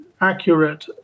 accurate